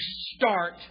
start